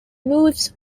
moves